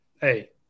hey